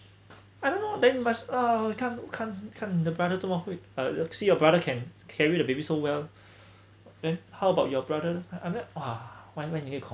I don't know then must uh come come come the brother zuo mo hui uh look see your brother can carry the baby so well then how about your brother and that !wah! why why you need to com~